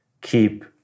keep